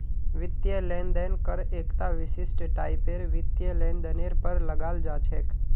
वित्तीय लेन देन कर एकता विशिष्ट टाइपेर वित्तीय लेनदेनेर पर लगाल जा छेक